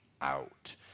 out